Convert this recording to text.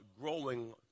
growing